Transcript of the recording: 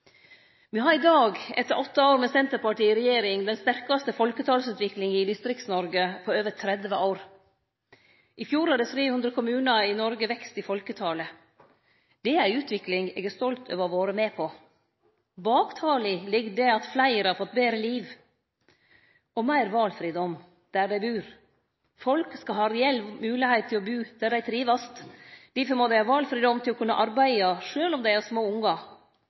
Me har i dag, etter åtte år med Senterpartiet i regjering, den sterkaste folketalsutviklinga i Distrikts-Noreg på over 30 år. I fjor hadde 300 kommunar i Noreg vekst i folketalet. Det er ei utvikling eg er stolt over å ha vore med på. Bak tala ligg det at fleire har fått betre liv og meir valfridom der dei bur. Folk skal ha reell moglegheit til å bu der dei trivst. Difor må dei ha valfridom til å kunne arbeide sjølv om dei har små ungar.